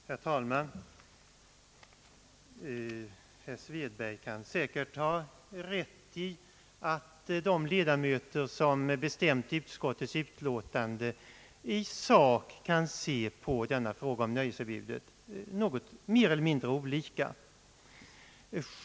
Herr talman! Herr Svedberg kan säkert ha rätt i att de ledamöter som bestämt utskottets utlåtande i sak kan se på frågan om nöjesförbudet något olika.